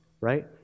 right